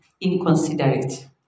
inconsiderate